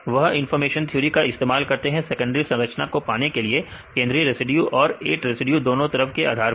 वह information theory का इस्तेमाल करते हैं सेकेंडरी संरचना को पाने के लिए केंद्रीय रेसिड्यू और 8 रेसिड्यू दोनों तरफ के आधार पर